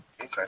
Okay